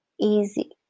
easy